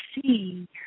see